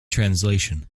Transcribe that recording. translation